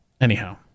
Anyhow